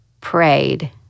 prayed